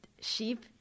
sheep